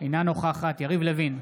אינה נוכחת יריב לוין,